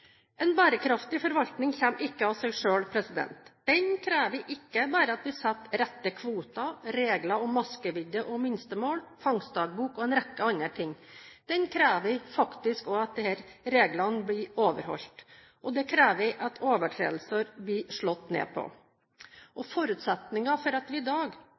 En bærekraftig forvaltning kommer ikke av seg selv. Den krever ikke bare at vi setter rette kvoter, regler om maskevidde og minstemål, fangstdagbok og en rekke andre ting, den krever faktisk også at disse reglene blir overholdt. Og det krever at overtredelser blir slått ned på. Forutsetningen for at vi i dag,